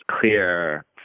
clear